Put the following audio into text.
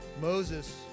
Moses